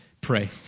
Pray